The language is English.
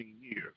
years